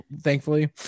Thankfully